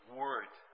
word